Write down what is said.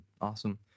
awesome